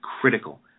critical